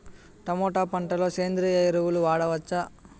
Tomato పంట లో సేంద్రియ ఎరువులు వాడవచ్చా?